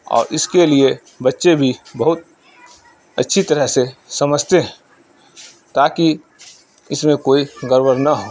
اور اس کے لیے بچے بھی بہت اچھی طرح سے سمجھتے ہیں تاکہ اس میں کوئی گڑبڑ نہ ہو